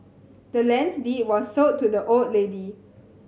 the land's deed was sold to the old lady